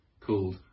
called